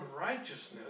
righteousness